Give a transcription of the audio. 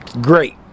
Great